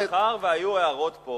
מאחר שהיו פה הערות,